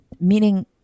meaning